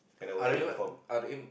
ah then what R_M